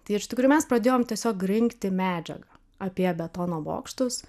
tai iš tikrųjų mes pradėjom tiesiog rinkti medžiagą apie betono bokštus